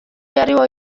yariho